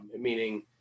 meaning